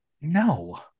no